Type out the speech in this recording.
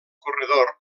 corredor